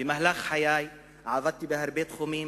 במהלך חיי עבדתי בהרבה תחומים,